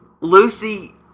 Lucy